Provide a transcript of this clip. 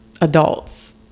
adults